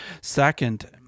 Second